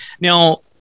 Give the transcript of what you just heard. Now